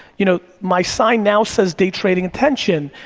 you know my sign now says day trading attention.